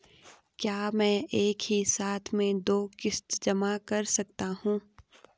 क्या मैं एक ही साथ में दो किश्त जमा कर सकता हूँ?